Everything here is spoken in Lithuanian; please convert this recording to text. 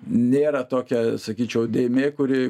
nėra tokia sakyčiau dėmė kuri